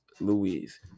Louise